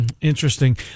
Interesting